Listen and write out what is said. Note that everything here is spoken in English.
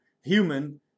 Human